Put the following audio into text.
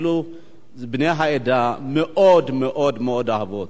בני העדה מאוד מאוד מאוד אהבו אותו.